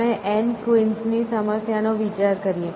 આપણે N ક્વીન્સની સમસ્યાનો વિચાર કરીએ